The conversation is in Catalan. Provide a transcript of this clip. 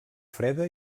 freda